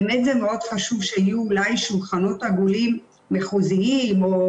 באמת זה מאוד חשוב שיהיו אולי שולחנות עגולים מחוזיים או